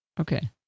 Okay